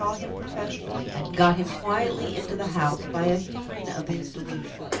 i saw him professionally, and got him quietly into the house by a humoring of his delusion,